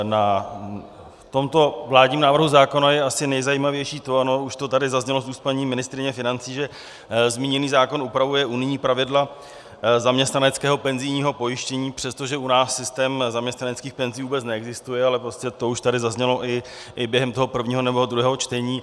Na tomto vládním návrhu zákona je asi nejzajímavější to ano, už to tady zaznělo z úst paní ministryně financí , že zmíněný zákon upravuje unijní pravidla zaměstnaneckého penzijního pojištění, přestože u nás systém zaměstnaneckých penzí vůbec neexistuje, ale prostě to už tady zaznělo i během toho prvního nebo druhého čtení.